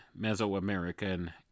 Mesoamerican